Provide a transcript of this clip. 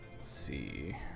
see